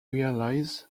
realizes